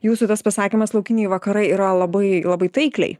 jūsų tas pasakymas laukiniai vakarai yra labai labai taikliai